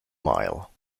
mile